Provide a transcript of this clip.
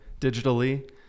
digitally